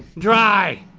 dry!